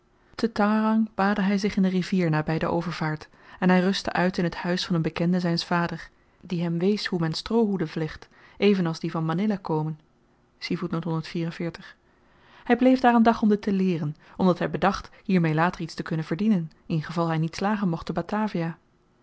te tangerang baadde hy zich in de rivier naby de overvaart en hy rustte uit in t huis van een bekende zyns vaders die hem wees hoe men stroohoeden vlecht even als die van manilla komen hy bleef daar een dag om dit te leeren omdat hy bedacht hiermee later iets te kunnen verdienen in geval hy niet slagen mocht te batavia